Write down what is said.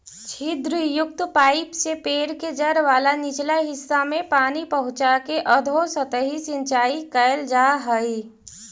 छिद्रयुक्त पाइप से पेड़ के जड़ वाला निचला हिस्सा में पानी पहुँचाके अधोसतही सिंचाई कैल जा हइ